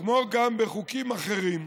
כמו גם בחוקים אחרים,